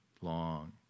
long